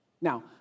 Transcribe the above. Now